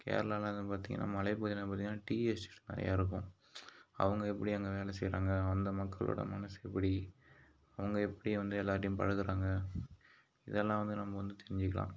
கேரளாலாம் என்ன பார்த்திங்கன்னா மலை பகுதியில் பார்த்திங்கன்னா டீ எஸ்டேட் நிறைய இருக்கும் அவங்க எப்படி எங்கே வேலை செய்கிறாங்க அந்த மக்களோட மனசு எப்படி அவங்கள் எப்படி வந்து எல்லோர்ட்டையும் பழகுறாங்க இதெல்லாம் வந்து நம்ம வந்து தெரிஞ்சுக்கிலாம்